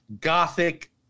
gothic